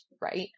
Right